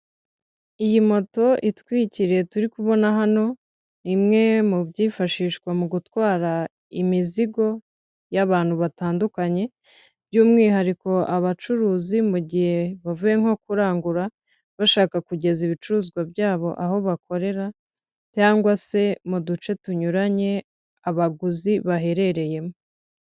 Iyi moto itwikiriye turi kubona hano, n'imwe mu byifashishwa mu gutwara imizigo y'abantu batandukanye, by'umwihariko abacuruzi mu gihe bavuye nko kurangura bashaka kugeza ibicuruzwa byabo aho bakorera cyangwa se mu duce tunyuranye abaguzi baherereyemo.